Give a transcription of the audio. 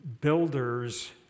builders